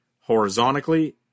horizontally